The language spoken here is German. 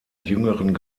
jüngeren